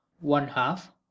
one-half